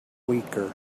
weaker